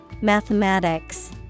Mathematics